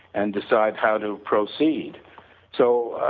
and decide how to proceed so,